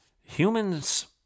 Humans